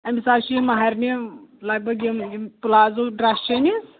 أمِس حظ چھِ مَہرنہِ لگ بگ یِم یِم پٕلازو ڈرٛس چھِ أمِس